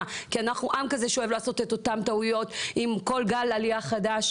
מה כי אנחנו עם כזה שאוהב לעשות את אותן טעויות עם כל גל עלייה חדש?